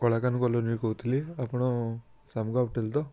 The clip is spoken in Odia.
କଳାକାହ୍ନୁ କଲୋନୀରୁ କହୁଥିଲି ଆପଣ ଶାମୁକା ହୋଟେଲ୍ ତ